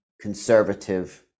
conservative